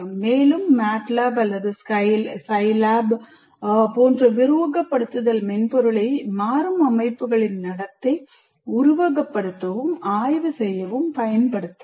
மேலும் MATLAB அல்லது Scilab போன்ற உருவகப்படுத்துதல் மென்பொருளை மாறும் அமைப்புகளின் நடத்தை உருவகப்படுத்தவும் ஆய்வு செய்யவும் பயன்படுத்தலாம்